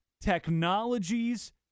Technologies